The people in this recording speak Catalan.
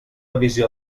visió